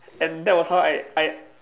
and that was how I I